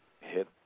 hit